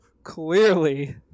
clearly